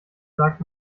sagt